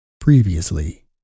Previously